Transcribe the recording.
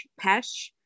Pesh